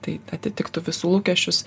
tai atitiktų visų lūkesčius